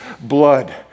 blood